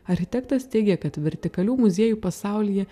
architektas teigia kad vertikalių muziejų pasaulyje